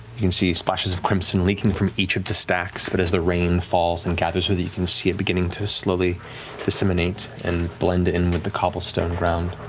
you can see splashes of crimson leaking from each of the stacks, but as the rain falls and gathers, you can see it beginning to slowly disseminate and blend in with the cobblestone ground.